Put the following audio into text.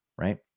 Right